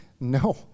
no